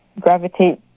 gravitate